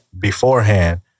beforehand